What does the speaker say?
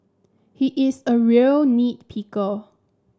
he is a real nit picker